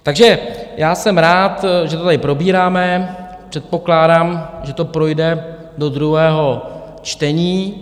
Takže jsem rád, že to tady probíráme, předpokládám, že to projde do druhého čtení.